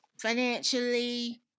Financially